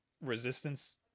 resistance